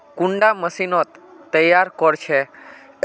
कुंडा मशीनोत तैयार कोर छै?